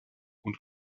und